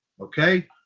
okay